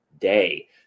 day